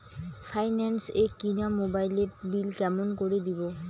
Finance এ কিনা মোবাইলের বিল কেমন করে দিবো?